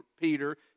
Peter